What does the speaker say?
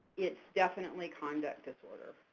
it's definitely conduct disorder.